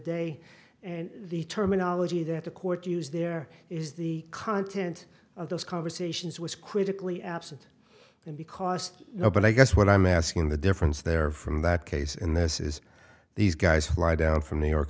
day and the terminology that the court used there is the content of those conversations was critically absent because you know but i guess what i'm asking the difference there from that case and this is these guys fly down from new york